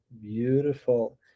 beautiful